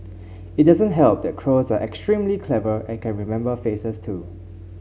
it doesn't help that crows are extremely clever and can remember faces too